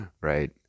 Right